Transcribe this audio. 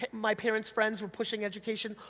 my parents' friends were pushing education,